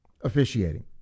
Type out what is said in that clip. Officiating